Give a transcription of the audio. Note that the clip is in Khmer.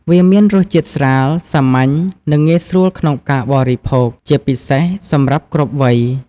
វាមានរសជាតិស្រាល សាមញ្ញ និងងាយស្រួលក្នុងការបរិភោគ ជាពិសេសសម្រាប់គ្រប់វ័យ។។